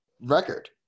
record